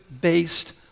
based